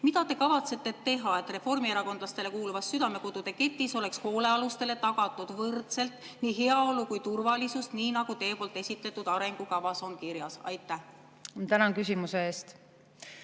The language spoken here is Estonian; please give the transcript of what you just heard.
Mida te kavatsete teha, et reformierakondlastele kuuluvas Südamekodude ketis oleks hoolealustele tagatud võrdselt nii heaolu kui ka turvalisus, nii nagu on teie esitletud arengukavas kirjas? Aitäh,